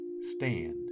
stand